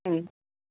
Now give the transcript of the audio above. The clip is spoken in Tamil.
ம்